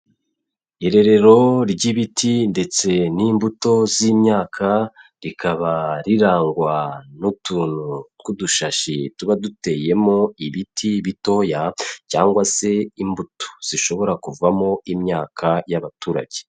Irerero ry'ibiti ndetse n'imbuto z'imyaka, rikaba rirangwa n'utuntu tw'udushashi tuba duteyemo ibiti bitoya cyangwa se imbuto, zishobora kuvamo imyaka y'abaturage.